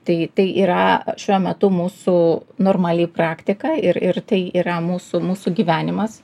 tai tai yra šiuo metu mūsų normali praktika ir ir tai yra mūsų mūsų gyvenimas